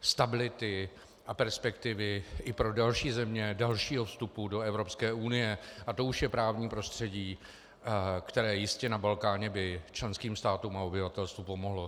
stability a perspektivy i pro další země, dalšího vstupu do EU, a to už je právní prostředí, které jistě na Balkáně by členským státům a obyvatelstvu pomohlo.